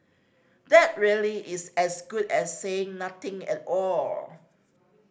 that really is as good as saying nothing at all